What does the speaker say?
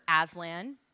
Aslan